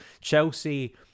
Chelsea